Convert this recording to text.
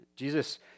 Jesus